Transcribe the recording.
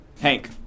Hank